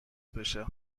بشه